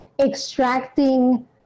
extracting